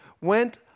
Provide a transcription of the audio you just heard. went